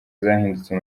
zahindutse